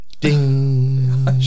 Ding